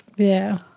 yeah.